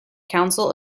council